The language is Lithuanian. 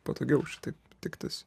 patogiau šitaip tiktis